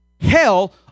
hell